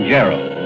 Gerald